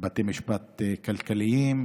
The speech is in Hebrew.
בתי משפט כלכליים,